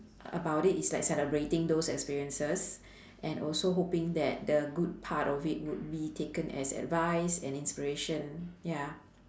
about it it's like celebrating those experiences and also hoping that the good part of it would be taken as advice and inspiration ya